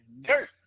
dirt